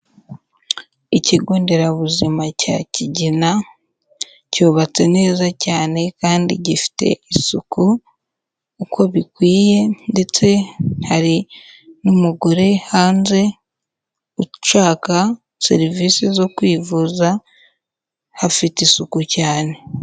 Ikigo nderabuzima cya Kigina, cyubatse neza cyane kandi gifite isuku uko bikwiye, ndetse hari n'umugore hanze ushaka serivisi zo kwivuza, hafite isuku cyane.